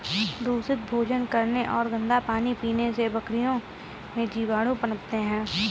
दूषित भोजन करने और गंदा पानी पीने से बकरियों में जीवाणु पनपते हैं